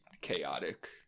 chaotic